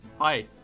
hi